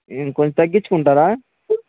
ఇంకా కొంచెం తగ్గించుకుంటారా